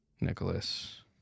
Nicholas